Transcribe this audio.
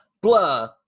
blah